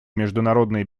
международной